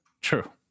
True